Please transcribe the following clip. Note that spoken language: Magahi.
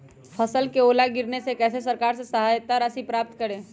फसल का ओला गिरने से कैसे सरकार से सहायता राशि प्राप्त करें?